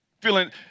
Feeling